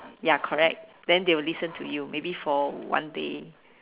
ya correct then they will listen to you maybe for one day